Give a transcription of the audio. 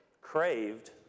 craved